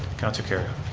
councilor kerrio.